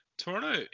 Toronto